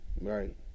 Right